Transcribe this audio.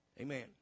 Amen